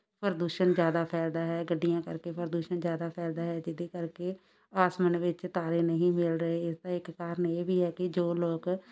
ਪ੍ਰਦੂਸ਼ਣ ਜ਼ਿਆਦਾ ਫੈਲਦਾ ਹੈ ਗੱਡੀਆਂ ਕਰਕੇ ਪ੍ਰਦੂਸ਼ਣ ਜ਼ਿਆਦਾ ਫੈਲਦਾ ਹੈ ਅਤੇ ਇਹਦੇ ਕਰਕੇ ਆਸਮਾਨ ਵਿੱਚ ਤਾਰੇ ਨਹੀਂ ਮਿਲ ਰਹੇ ਇਸਦਾ ਇੱਕ ਕਾਰਨ ਇਹ ਵੀ ਹੈ ਕਿ ਜੋ ਲੋਕ